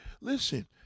Listen